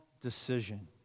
decision